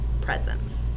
presence